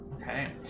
Okay